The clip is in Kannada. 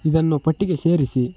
ಇದನ್ನು ಪಟ್ಟಿಗೆ ಸೇರಿಸಿ